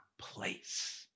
place